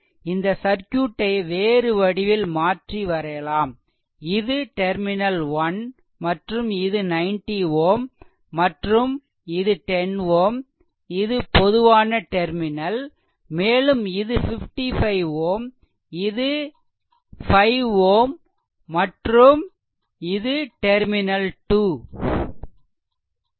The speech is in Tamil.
இந்த சர்க்யூட்டை வேறு வடிவில் மாற்றி வரையலாம் இது டெர்மினல் 1 மற்றும் இது 90 Ω மற்றும் இது 10 Ω இது பொதுவான டெர்மினல் மேலும் இது 55 Ω இது 5 Ω மற்றும் இது டெர்மினல் 2